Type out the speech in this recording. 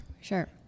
Sure